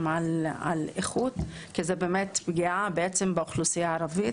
על איכות כי זו באמת פגיעה באוכלוסייה הערבית,